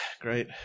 Great